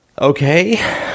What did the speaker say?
Okay